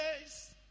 days